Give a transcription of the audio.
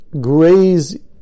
graze